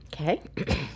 Okay